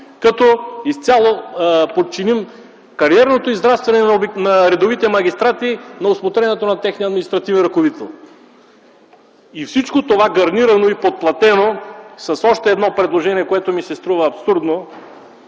като изцяло подчиним кариерното израстване на редовите магистрати на усмотрението на техния административен ръководител. Всичко това, гарнирано и подплатено с още едно предложение, което ми се струва абсурдно,